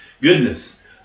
Goodness